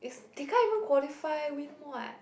they can't even qualify win what